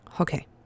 Okay